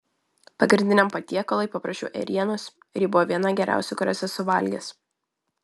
pagrindiniam patiekalui paprašiau ėrienos ir ji buvo viena geriausių kurias esu valgęs